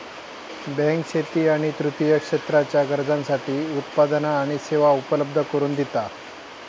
bank शेती आणि तृतीय क्षेत्राच्या गरजांसाठी उत्पादना आणि सेवा उपलब्ध करून दिता